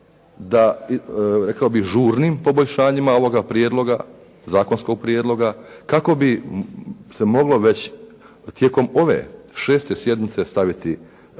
da rekao bih žurnim poboljšanjima ovoga prijedloga, zakonskog prijedloga kako bi se moglo već tijekom ove šeste sjednice staviti, dakle drugo